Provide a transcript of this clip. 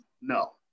No